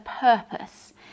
purpose